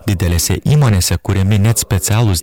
didelėse įmonėse kuriami net specialūs